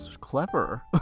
clever